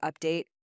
update